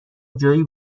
جویی